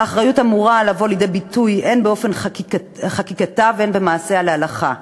האחריות אמורה לבוא לידי ביטוי הן באופן חקיקתה והן הלכה למעשה.